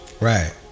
right